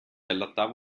allattava